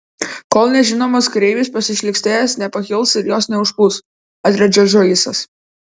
kol nežinomas kareivis pasišlykštėjęs nepakils ir jos neužpūs atrėžė džoisas